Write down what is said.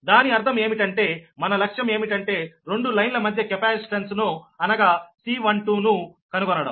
దాని అర్థం ఏమిటంటేమన లక్ష్యం ఏమిటంటే రెండు లైన్ల మధ్య కెపాసిటెన్స్ను అనగా C12 ను కనుగొనడం